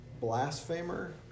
blasphemer